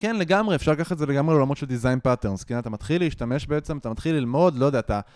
כן, לגמרי, אפשר לקחת את זה לגמרי לעולמות של design patterns. כן, אתה מתחיל להשתמש בעצם, אתה מתחיל ללמוד, לא יודע, אתה...